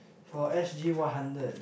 for s_g one hundred